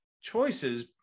choices